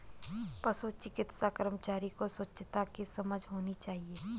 पशु चिकित्सा कर्मचारी को स्वच्छता की समझ होनी चाहिए